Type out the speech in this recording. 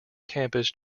campus